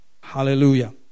Hallelujah